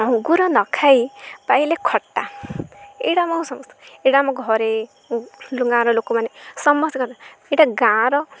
ଅଙ୍ଗୁର ନଖାଇପାଇଲେ ଖଟା ଏଇଟା ଆମ ସମସ୍ତେ ଏଇଟା ଆମ ଘରେ ଗାଁର ଲୋକମାନେ ସମସ୍ତଙ୍କ ଏଇଟା ଗାଁର